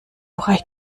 reicht